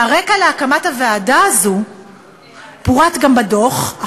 והרקע להקמת הוועדה הזאת פורט גם בדוח.